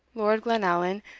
lord glenallan,